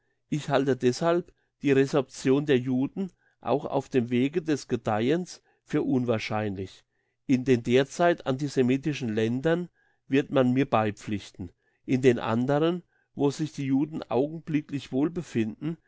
ich halte deshalb die resorption der juden auch auf dem wege des gedeihens für unwahrscheinlich in den derzeit antisemitischen ländern wird man mir beipflichten in den anderen wo sich die juden augenblicklich wohlbefinden